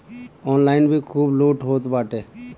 online भी खूब लूट होत बाटे